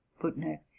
Footnote